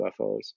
UFOs